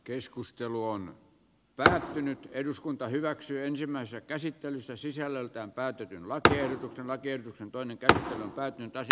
keskustelu on lähtenyt eduskunta hyväksyy ensimmäistä käsittelyssä sisällöltään pääty laakeita tämä kerta toinen käsi eläkejärjestelmien kanssa